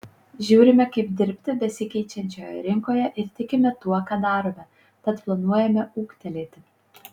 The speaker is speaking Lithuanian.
žiūrime kaip dirbti besikeičiančioje rinkoje ir tikime tuo ką darome tad planuojame ūgtelėti